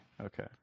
Okay